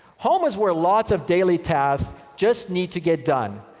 home is where lots of daily tasks just need to get done.